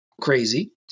crazy